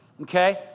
Okay